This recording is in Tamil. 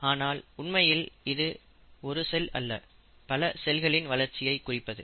ஆனால் உண்மையில் இது ஒரு செல் அல்ல பல செல்களின் வளர்ச்சியை குறிப்பது